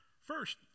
First